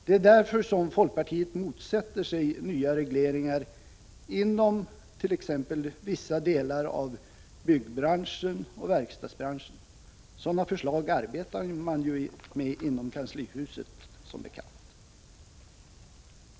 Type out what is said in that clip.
Det är därför som folkpartiet motsätter sig nya regleringar inom t.ex. vissa delar av byggbranschen och verkstadsbranschen. Sådana förslag arbetar man som bekant med inom kanslihuset.